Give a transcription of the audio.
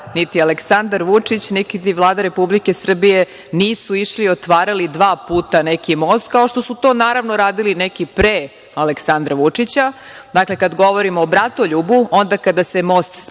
niti Aleksandar Vučić, niti Vlada Republike Srbije nisu išli i otvarali dva puta neki most, kao što su to, naravno, radili neki pre Aleksandra Vučića. Dakle, kada govorimo o Bratoljubu, onda kada se most